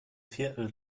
viertel